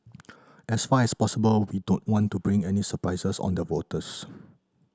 as far as possible we don't want to bring any surprises on the voters